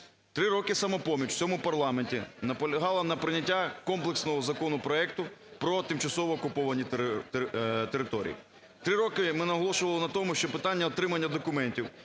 Три роки "Самопоміч" в цьому парламенті наполягала на прийнятті комплексного законопроекту про тимчасово окуповані території. Три роки ми наголошували на тому, що питання отримання документів,